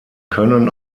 können